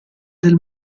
del